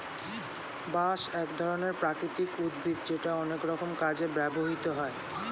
বাঁশ এক ধরনের প্রাকৃতিক উদ্ভিদ যেটা অনেক রকম কাজে ব্যবহৃত হয়